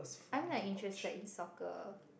I'm like interested in soccer